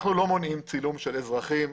אנחנו לא מונעים צילום של אזרחים.